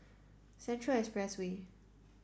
Central Expressway